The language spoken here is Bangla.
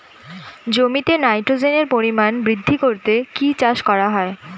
জমিতে নাইট্রোজেনের পরিমাণ বৃদ্ধি করতে কি চাষ করা হয়?